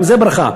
גם זו ברכה.